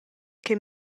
che